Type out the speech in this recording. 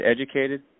educated